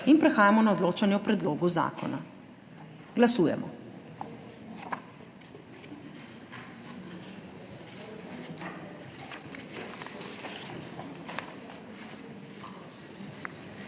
Prehajamo na odločanje o predlogu zakona. Glasujemo.